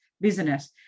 business